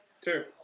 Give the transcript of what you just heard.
Two